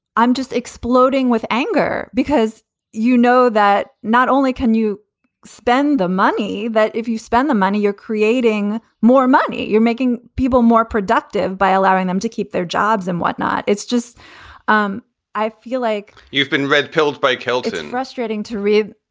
i'm just exploding with anger because you know that not only can you spend the money that if you spend the money, you're creating more money, you're making people more productive by allowing them to keep their jobs and whatnot. it's just um i feel like you've been red pilled bike killed. it's and frustrating to read.